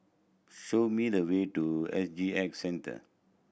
show me the way to S G X Centre